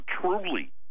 truly